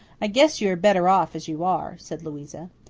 i guess you are better off as you are, said louisa.